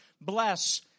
bless